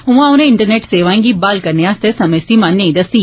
उआं उने इंटरनेट सेवाएं गी बहाल करने आस्तै समें सीमा नेई दस्सी